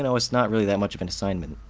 and it's not really that much of an assignment.